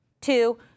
Two